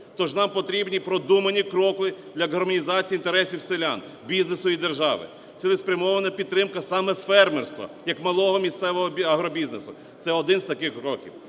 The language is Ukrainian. Тож нам потрібні продумані кроки для гармонізації інтересів селян, бізнесу і держави, цілеспрямована підтримка саме фермерства, як малого місцевого агробізнесу. Це один з таких кроків.